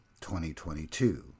2022